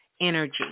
energy